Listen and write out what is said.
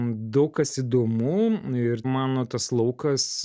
daug kas įdomu ir mano tas laukas